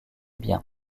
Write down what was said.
biens